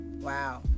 Wow